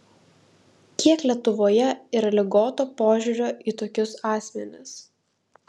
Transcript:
kiek lietuvoje yra ligoto požiūrio į tokius asmenis